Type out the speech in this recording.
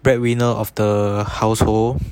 breadwinner of the household